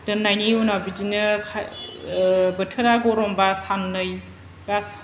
दोननायनि उनाव बिदिनो ओह बोथोरा गरमबा साननै बा